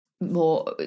more